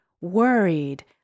worried